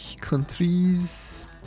countries